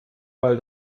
weil